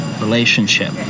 relationship